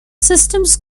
systems